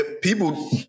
people